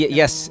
yes